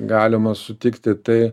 galima sutikti tai